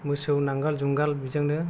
मोसौ नांगाल जुंगाल बेजोंनो